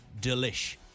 Delish